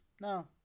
no